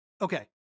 Okay